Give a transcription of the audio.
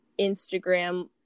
Instagram